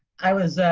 i was,